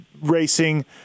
racing